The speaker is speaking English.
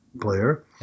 player